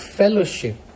fellowship